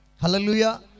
Hallelujah